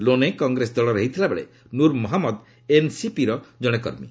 ଲୋନେ କଂଗ୍ରେସ ଦଳର ହୋଇଥିବାବେଳେ ନୂର୍ ମହମ୍ମଦ ଏନ୍ସିପିର ଜଣେ କର୍ମୀ